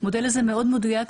המודל הזה מאוד מדויק.